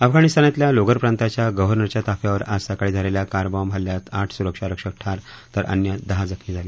अफगाणिस्तानमधल्या लोगर प्रांताच्या गर्व्हनरच्या ताफ्यावर आज सकाळी झालेल्या कार बॉम्ब हल्ल्यात आठ सुरक्षा रक्षक ठार तर अन्य दहाजण जखमी झाले